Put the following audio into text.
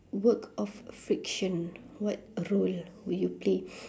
work of friction what role would you play